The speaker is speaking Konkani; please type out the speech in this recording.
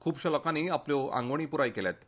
खुपश्या लोकांनी आपल्यो आंगवणी पुराय केल्यो